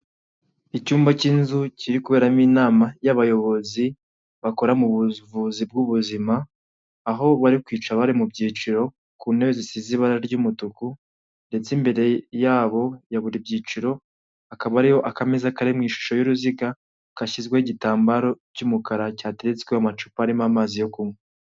Icyumba cy'inzu kirikoreramo inama y'abayobozi bakora mu buvuzi bw'ubuzima aho bari kwicara bari mu byiciro ku ntebe zisize ibara ry'umutuku, ndetse imbere yabo ya buri byiciro akaba ariyo akameza kari mu ishusho y'uruziga kashyizweho igitambaro cy'umukara cyatetsweho amacupa arimo amazi yo kunywa.